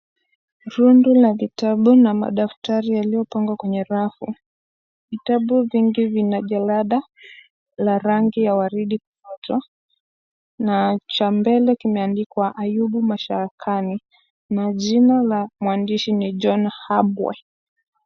Rundo la vitabu na madaftari yaliyopangwa kwenye rafu. Vitabu vingi vina jalada la rangi ya waridi na cha mbele kimeandikwa Ayubu Mashakani na jina la mwandishi ni John Habwe.